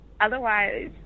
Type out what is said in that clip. otherwise